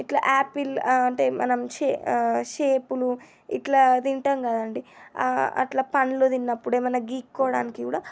ఇట్లా యాపిల్ అంటే మనం షే షేపును ఇట్లా తింటాం కదండి అట్లా పండ్లు తిన్నప్పుడు ఏమన్నా గీక్కోడానికి కూడా